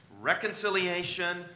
reconciliation